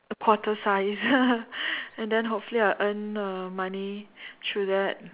a Porter size and then hopefully I'll earn uh money through that